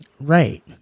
Right